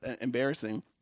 embarrassing